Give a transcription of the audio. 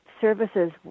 services